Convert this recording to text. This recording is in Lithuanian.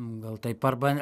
gal taip arba ne